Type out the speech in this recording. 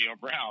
Brown